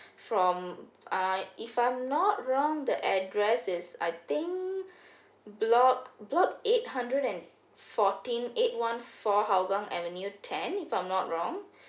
from uh if I'm not wrong the address is I think block block eight hundred and fourteen eight one four hougang avenue ten if I'm not wrong